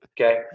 okay